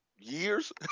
Years